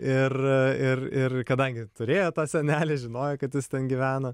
ir ir ir kadangi turėjo tą senelį žinojo kad jis ten gyvena